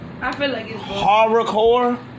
horrorcore